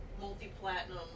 multi-platinum